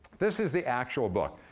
this is the actual book,